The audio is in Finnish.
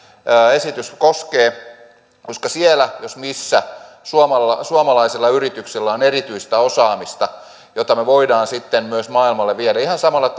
esitys myös koskee siellä jos missä suomalaisilla yrityksillä on erityistä osaamista jota me voimme sitten myös maailmalle viedä ihan samalla